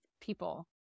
people